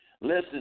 Listen